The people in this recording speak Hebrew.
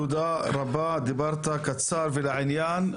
תודה רבה, דיברת קצר ולעניין.